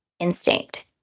instinct